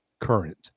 current